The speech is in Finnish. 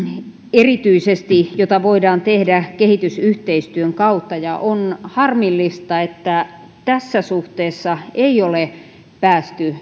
erityisesti siihen mitä voidaan tehdä kehitysyhteistyön kautta on harmillista että tässä suhteessa ei ole päästy